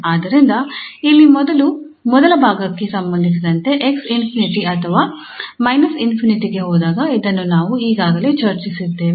ಆದ್ದರಿಂದ ಇಲ್ಲಿ ಮೊದಲ ಭಾಗಕ್ಕೆ ಸಂಬಂಧಿಸಿದಂತೆ 𝑥 ∞ ಅಥವಾ −∞ ಗೆ ಹೋದಾಗ ಇದನ್ನು ನಾವು ಈಗಾಗಲೇ ಚರ್ಚಿಸಿದ್ದೇವೆ